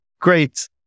Great